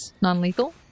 non-lethal